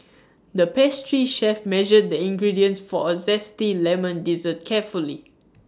the pastry chef measured the ingredients for A Zesty Lemon Dessert carefully